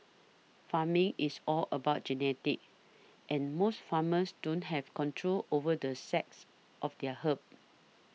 farming is all about genetics and most farmers don't have control over the sex of their herd